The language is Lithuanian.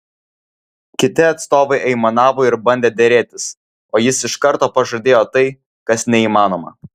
kiti atstovai aimanavo ir bandė derėtis o jis iš karto pažadėjo tai kas neįmanoma